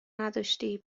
نداشتی